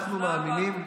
אנחנו מאמינים,